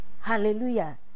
Hallelujah